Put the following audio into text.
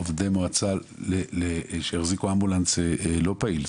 עובדי מועצה שיחזיקו אמבולנס לא פעיל,